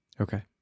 Okay